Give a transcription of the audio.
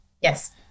Yes